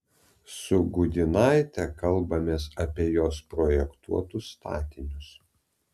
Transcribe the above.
su gudynaite kalbamės apie jos projektuotus statinius